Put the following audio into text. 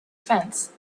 fence